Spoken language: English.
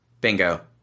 Bingo